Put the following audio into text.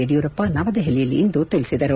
ಯಡಿಯೂರಪ್ಪ ನವದೆಹಲಿಯಲ್ಲಿಂದು ತಿಳಿಸಿದರು